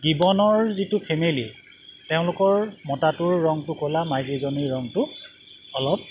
গিবনৰ যিটো ফেমিলি তেওঁলোকৰ মতাটোৰ ৰংটো ক'লা মাইকীজনীৰ ৰংটো অলপ